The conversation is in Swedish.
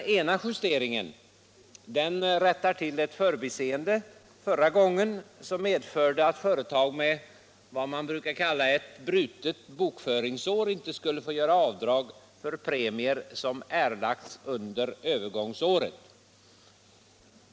Den ena justeringen rättar till ett förbiseende förra gången, som medförde att företag med vad man brukar kalla brutet bokföringsår inte skulle få göra avdrag för premier som erlagts under övergångsåret.